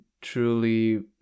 truly